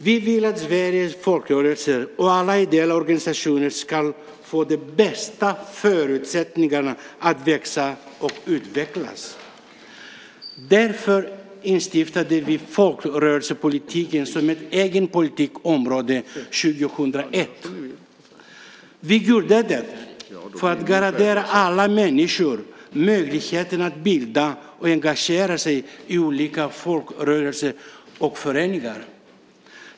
Vi vill att Sveriges folkrörelser och alla ideella organisationer ska få de bästa förutsättningarna att växa och utvecklas. Därför instiftade vi folkrörelsepolitiken som ett eget politikområde 2001. Vi gjorde det för att garantera alla människor möjligheten att bilda och engagera sig i olika folkrörelser och föreningar.